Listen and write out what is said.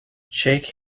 shake